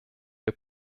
der